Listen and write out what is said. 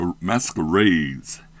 masquerades